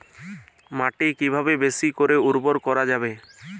মাটি কিভাবে বেশী করে উর্বর করা যাবে?